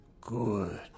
Good